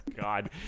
God